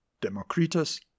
Democritus